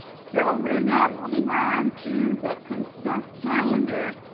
so we're now moving on to the consent calendar.